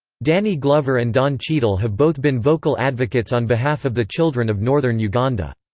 danny glover and don cheadle have both been vocal advocates on behalf of the children of northern uganda.